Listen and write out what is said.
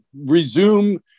resume